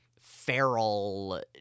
feral